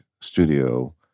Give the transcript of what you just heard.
studio